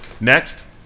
Next